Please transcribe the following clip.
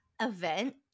event